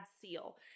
seal